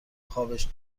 خابش